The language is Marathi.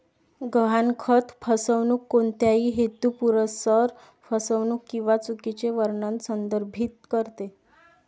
गहाणखत फसवणूक कोणत्याही हेतुपुरस्सर फसवणूक किंवा चुकीचे वर्णन संदर्भित करते